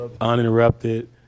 Uninterrupted